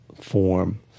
form